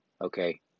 Okay